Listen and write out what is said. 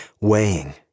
weighing